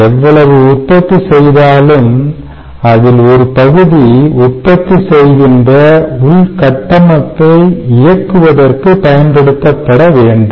எவ்வளவு உற்பத்தி செய்தாலும் அதில் ஒரு பகுதி உற்பத்தி செய்கின்ற உள்கட்டமைப்பை இயக்குவதற்கு பயன்படுத்தப்பட வேண்டும்